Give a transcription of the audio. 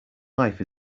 life